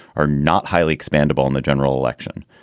are not highly expandable in the general election.